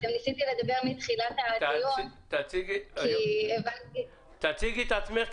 תציגי את עצמך,